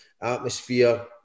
atmosphere